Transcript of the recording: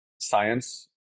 science